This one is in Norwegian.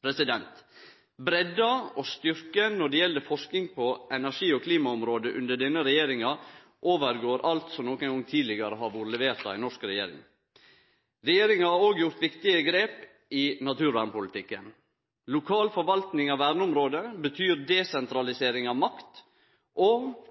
Breidda og styrken når det gjeld forsking på energi- og klimaområdet under denne regjeringa, overgår alt som nokon gong tidlegare har vore levert av ei norsk regjering. Regjeringa har òg gjort viktige grep i naturvernpolitikken. Lokal forvaltning av verneområde betyr desentralisering av makt og